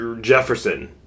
jefferson